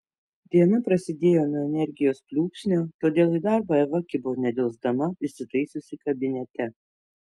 diena prasidėjo nuo energijos pliūpsnio todėl į darbą eva kibo nedelsdama įsitaisiusi kabinete